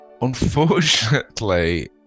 unfortunately